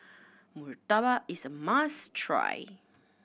Murtabak is a must try